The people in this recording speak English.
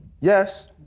Yes